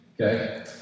Okay